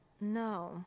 No